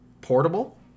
Portable